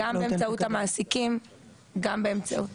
זה רק עונתי, אין פיקדון בחקלאות.